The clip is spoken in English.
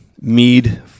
Mead